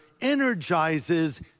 energizes